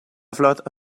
flota